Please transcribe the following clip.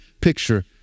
picture